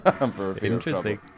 interesting